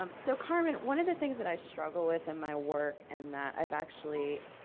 um so carmen, one of the things that i struggle with in my work, and that i've actually,